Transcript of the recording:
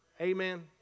Amen